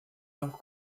noch